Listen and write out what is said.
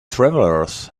travelers